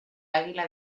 águila